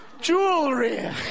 jewelry